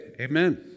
amen